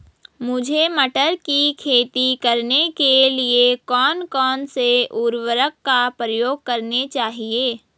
मुझे मटर की खेती करने के लिए कौन कौन से उर्वरक का प्रयोग करने चाहिए?